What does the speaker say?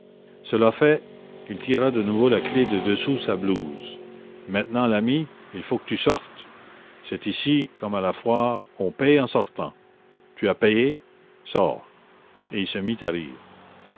cela fait il tira de nouveau la clef de dessous sa blouse maintenant l'ami il faut que tu sortes c'est ici comme à la foire on paye en sortant tu as payé sors et il se mit à rire